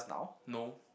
no